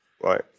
right